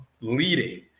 leading